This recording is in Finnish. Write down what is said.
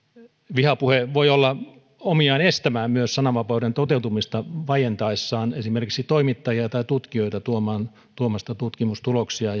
vihapuhe voi olla omiaan estämään myös sananvapauden toteutumista vaientaessaan esimerkiksi toimittajia tai tutkijoita tuomasta tutkimustuloksia